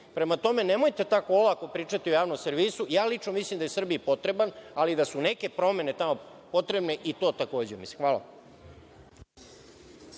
Prema tome, nemojte tako olako pričati o Javnom servisu. Lično mislim da je Srbiji potreban, ali da su neke promene tamo potrebne i to, takođe, mislim. Hvala.